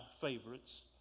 favorites